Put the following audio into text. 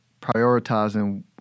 prioritizing